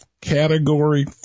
Category